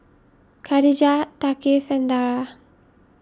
Khadija Thaqif and Dara